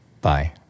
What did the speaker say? Bye